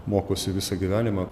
mokosi visą gyvenimą